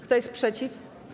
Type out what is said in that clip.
Kto jest przeciw?